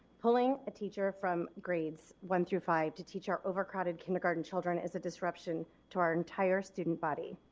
pulling a teacher from grades one through five to teach our overcrowded kindergarten children is disruption to our entire student body.